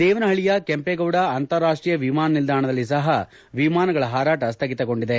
ದೇವನಹಳ್ಳಯ ಕೆಂಪೇಗೌಡ ಅಂತರಾಷ್ಷೀಯ ವಿಮಾನ ನಿಲ್ದಾಣದಲ್ಲಿ ಸಪ ವಿಮಾನಗಳ ಹಾರಾಟ ಸ್ವಗಿತಗೊಂಡಿದೆ